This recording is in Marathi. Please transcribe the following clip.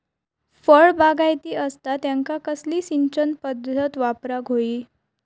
फळबागायती असता त्यांका कसली सिंचन पदधत वापराक होई?